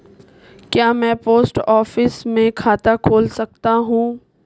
क्या मैं post office में खाता खोल सकता हूँ?